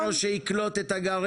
וביקשתם ממנו שיקלוט את הגרעין.